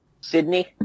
Sydney